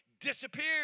disappeared